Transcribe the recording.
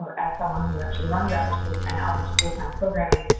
as someone who actually runs after-school and out-of-school time programming.